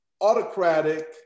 autocratic